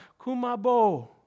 Kumabo